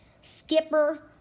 Skipper